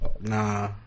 Nah